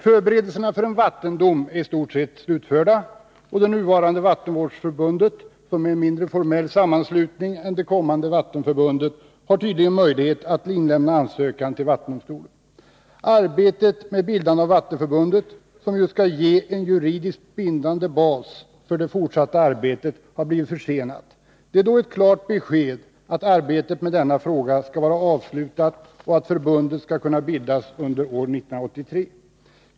Förberedelserna för en vattendom är i stort sett slutförda, och det nuvarande vattenvårdsförbundet, som är en mindre formell sammanslutning än det kommande vattenförbundet, har tydligen möjlighet att inlämna ansökan till vattendomstolen. Arbetet med bildande av vattenförbundet, som ju skall ge en juridiskt bindande bas för det fortsatta arbetet, har blivit försenat. Det är då ett klart besked att arbetet med denna fråga skall vara avslutat och att förbundet skall kunna bildas under 1983.